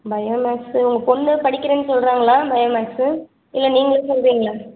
bio maths உங்கள் பொண்ணு படிக்கிறேன் சொல்கிறாங்களா பயோ மேக்ஸு இல்லை நீங்களே சொல்கிறீங்களா